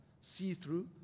see-through